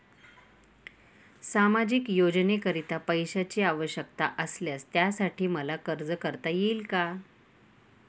सामाजिक योजनेकरीता पैशांची आवश्यकता असल्यास त्यासाठी मला अर्ज करता येईल का?